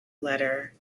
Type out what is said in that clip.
letter